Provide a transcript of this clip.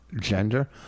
Gender